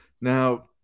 now